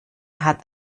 hat